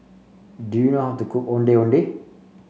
do you know how to cook Ondeh Ondeh